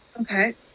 Okay